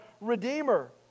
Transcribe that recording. Redeemer